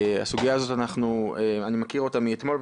את הסוגיה הזאת אני מכיר מאתמול,